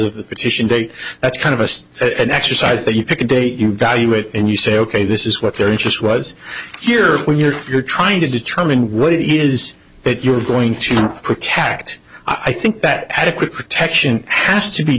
date that's kind of us exercise that you pick a date you value it and you say ok this is what their interest was here where you're trying to determine what it is that you're going to protect i think that adequate protection has to be